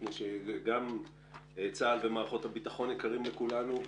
מפני שגם צה"ל ומערכות הביטחון יקרים לכולנו,